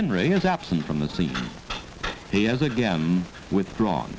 henry is absent from the scene he has again withdrawn